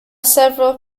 several